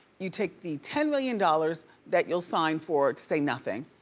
you take the ten million dollars that you'll sign for to say nothing,